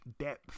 depth